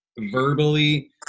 verbally